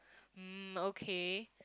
mm okay